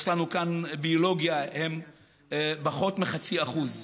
יש לנו כאן ביולוגיה, הם פחות מ-0.5%;